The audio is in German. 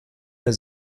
mehr